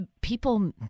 people